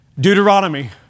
Deuteronomy